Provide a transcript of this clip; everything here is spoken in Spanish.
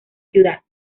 ciudad